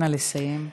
נא לסיים.